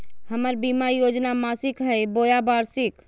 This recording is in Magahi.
हमर बीमा योजना मासिक हई बोया वार्षिक?